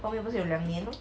后面不是有两年 lor